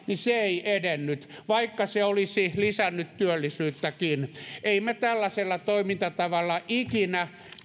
se ei edennyt vaikka se olisi lisännyt työllisyyttäkin emme me tällaisella toimintatavalla ikinä